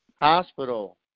Hospital